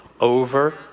over